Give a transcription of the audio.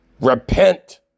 Repent